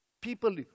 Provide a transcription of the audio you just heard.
People